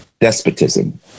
despotism